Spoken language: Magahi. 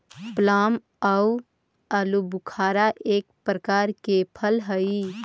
प्लम आउ आलूबुखारा एक प्रकार के फल हई